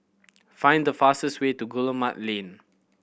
find the fastest way to Guillemard Lane